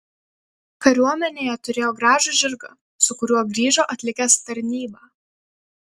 kariuomenėje turėjo gražų žirgą su kuriuo grįžo atlikęs tarnybą